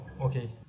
okay